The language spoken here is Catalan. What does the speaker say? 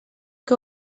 que